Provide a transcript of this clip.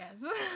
Yes